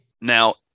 Now